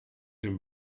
dem